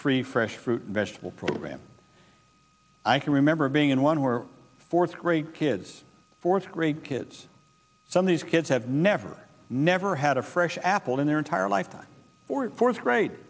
free fresh fruit vegetable program i can remember being in one where fourth grade kids fourth grade kids some of these kids have never never had a fresh apple in their entire life or in fourth grade